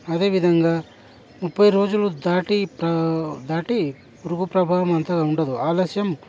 అదే విధంగా ముప్పై రోజులు దాటి దాటి రుతు ప్రభావం అంతగా ఉండదు ఆలస్యం